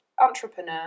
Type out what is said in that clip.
entrepreneur